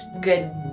good